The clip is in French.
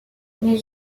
les